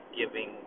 giving